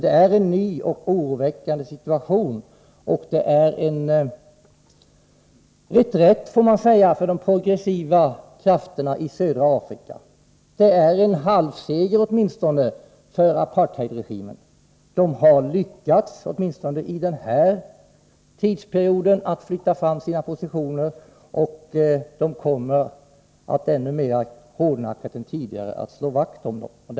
Det är en ny och oroväckande situation som råder, och den innebär en reträtt för de progressiva krafterna i södra Afrika. Det är åtminstone en halv seger för apartheidregimen. Den har lyckats, i varje fall under denna tidsperiod, att flytta fram sina positioner, och den kommer att ännu mer hårdnackat än tidigare slå vakt om dem.